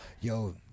yo